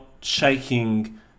shaking